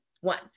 One